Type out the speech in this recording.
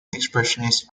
expressionist